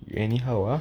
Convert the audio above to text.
anyhow ah